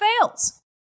fails